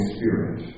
Spirit